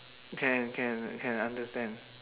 can can I can understand